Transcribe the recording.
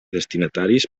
destinataris